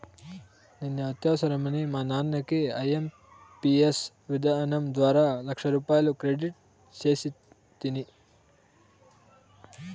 నిన్న అత్యవసరమని మా నాన్నకి ఐఎంపియస్ విధానం ద్వారా లచ్చరూపాయలు క్రెడిట్ సేస్తిని